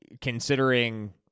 considering